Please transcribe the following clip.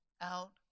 out